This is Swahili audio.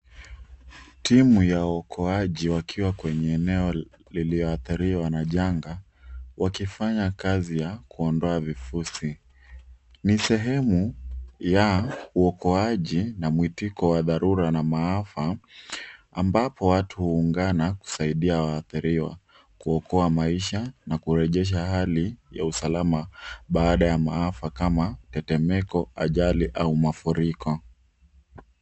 Timu ya waokoaji wakiwa kwenye eneo lililoathiriwa na janga wakifanya kazi ya kuondoa vifusi. Ni sehemu ya uokoaji na mwitiko wa dharura na maafa ambapo watu huungana kusaidia waathiriwa, kuokoa maisha na kurejesha hali ya usalama baada ya maafa kama tetemeko, ajali au mafuriko.